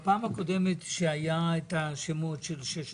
האם בפעם הקודמת שבה היו את השמות של שש